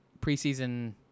preseason